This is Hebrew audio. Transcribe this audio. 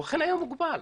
והוא מוגבל.